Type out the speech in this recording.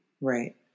Right